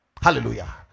Hallelujah